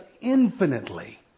infinitely